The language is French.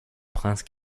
prince